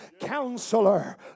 Counselor